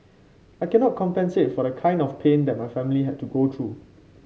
I cannot compensate for the kind of pain that my family had to go through